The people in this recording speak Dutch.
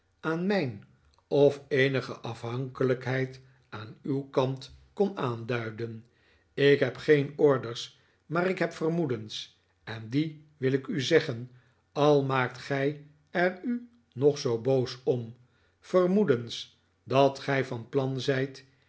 aan mijn of eenige afhankelijkheid aan uw kant kon aanduiden ik heb geen orders maar ik heb vermoedens en die wil ik u zeggen al maakt gij er u nog zoo boos om vermoedens dat gij van plan zijt